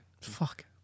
Fuck